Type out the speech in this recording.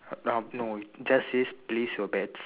uh no just says place your bets